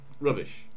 Rubbish